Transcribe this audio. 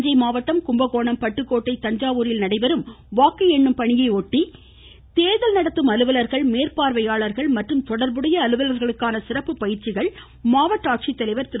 தஞ்சை மாவட்டம் கும்பகோணம் பட்டுக்கோட்டை தஞ்சாவூரில் நடைபெறும் வாக்கு எண்ணும் பணியை மேற்பார்வையாளர்கள் மற்றும் தொடர்புடைய அலுவலர்களுக்கான சிறப்பு பயிற்சிகள் மாவட்ட ஆட்சித்தலைவர் திரு